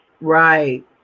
Right